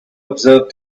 observe